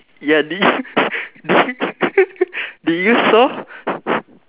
ya did you did you did you saw